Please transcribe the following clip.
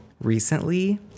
recently